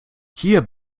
hier